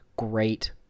great